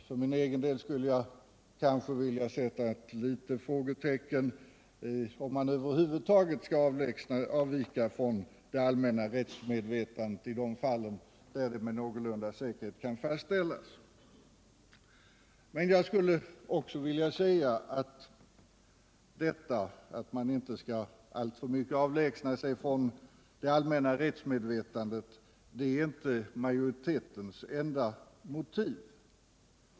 För min egen del skulle jag kanske vilja sätta ett litet frågetecken för om man över huvud taget skall avvika från det allmänna Nr 93 rättsmedvetandet i de fall där detta med någorlunda stor säkerhet kan Fredagen den fastställas. 10 mars 1978 Men att man inte alltför mycket skall avlägsna sig från det allmänna rättsmedvetandet är inte majoritetens enda motiv.